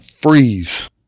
freeze